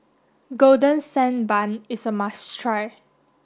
golden sand bun is a must try